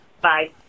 Bye